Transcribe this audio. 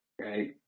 right